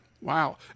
Wow